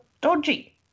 dodgy